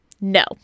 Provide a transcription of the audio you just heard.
no